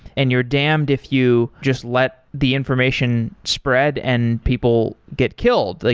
and you're damned if you just let the information spread and people get killed. like